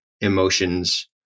emotions